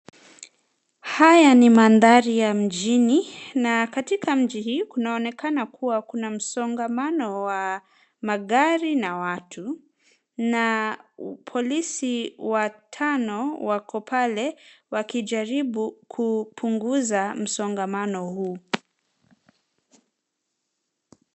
Haya ni mandhari ya mjini na katika mji hii kunaonekana kuwa kuna msongamano wa magari na watu na polisi watano wako pale wakijaribu kupunguza msongamano huu.